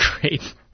Great